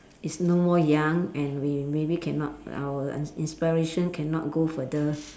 it's no more young and we maybe cannot our in~ inspiration cannot go further